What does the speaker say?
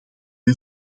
wij